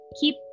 keep